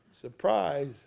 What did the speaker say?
Surprise